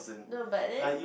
no but then